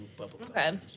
Okay